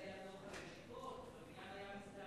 היה דוח על הישיבות הבניין היה מזדעזע.